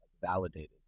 validated